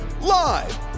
live